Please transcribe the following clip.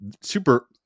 Super